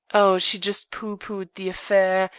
oh, she just pooh-poohed the affair,